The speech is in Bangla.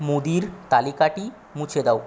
মুদির তালিকাটি মুছে দাও